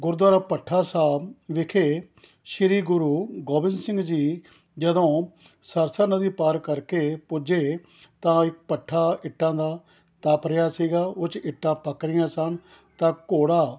ਗੁਰਦੁਆਰਾ ਭੱਠਾ ਸਾਹਿਬ ਵਿਖੇ ਸ਼੍ਰੀ ਗੁਰੂ ਗੋਬਿੰਦ ਸਿੰਘ ਜੀ ਜਦੋਂ ਸਰਸਾ ਨਦੀ ਪਾਰ ਕਰਕੇ ਪੁੱਜੇ ਤਾਂ ਇੱਕ ਭੱਠਾ ਇੱਟਾਂ ਦਾ ਤਪ ਰਿਹਾ ਸੀਗਾ ਉਹ 'ਚ ਇੱਟਾਂ ਪੱਕ ਰਹੀਆਂ ਸਨ ਤਾਂ ਘੋੜਾ